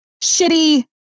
shitty